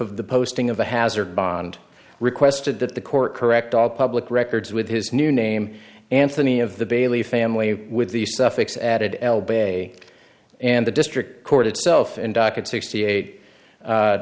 of the posting of the hazard bond requested that the court correct all public records with his new name anthony of the bailey family with the suffix added elbow and the district court itself in docket sixty eight